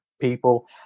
people